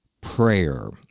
prayer